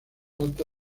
alta